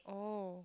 oh